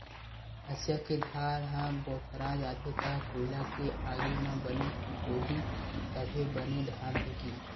हँसिया के धार ह भोथरा जाथे त कोइला के आगी म बने तिपोही तभे बने धार होही